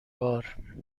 بار